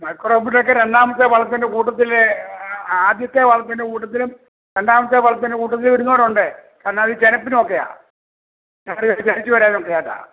micro പുല്ലൊക്കെ രണ്ടാമത്തെ വളത്തിൻ്റെ കൂട്ടത്തിൽ ആദ്യത്തെ വളത്തിൻ്റെ കൂട്ടത്തിലും രണ്ടാമത്തെ വളത്തിൻ്റെ കൂട്ടത്തിലും ഇടുന്നവരുണ്ട് കരണം അത് ചെനപ്പിനും ഒക്കെയാ കാടു കയറി ചെനപ്പിന് വരാൻ ഒക്കെയാ